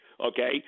okay